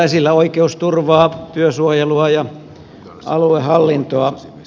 oikeusturvaa työsuojelua ja aluehallintoa